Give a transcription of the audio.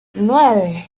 nueve